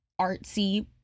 artsy